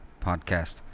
podcast